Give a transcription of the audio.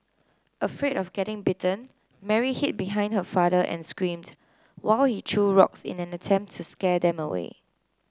afraid of getting bitten Mary hid behind her father and screamed while he threw rocks in an attempt to scare them away